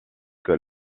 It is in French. que